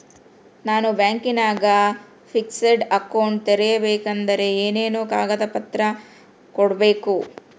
ನಾನು ಬ್ಯಾಂಕಿನಾಗ fixed account ತೆರಿಬೇಕಾದರೆ ಏನೇನು ಕಾಗದ ಪತ್ರ ಕೊಡ್ಬೇಕು?